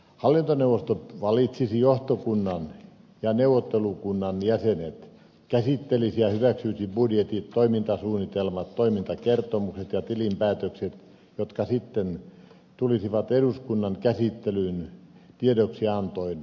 hallintoneuvosto valitsisi johtokunnan ja neuvottelukunnan jäsenet käsittelisi ja hyväksyisi budjetit toimintasuunnitelmat toimintakertomukset ja tilinpäätökset jotka sitten tulisivat eduskunnan käsittelyyn tiedoksiantoina